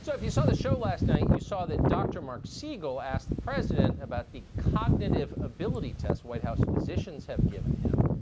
so if you saw the show last night you saw that dr. marc siegel asked the president about the cognitive ability test white house physicians have given him.